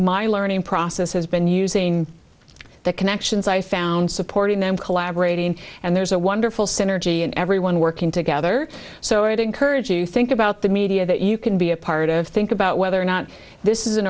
my learning process has been using the connections i found supporting them collaborating and there's a wonderful synergy and everyone working together so it encouraged you to think about the media that you can be a part of think about whether or not this is an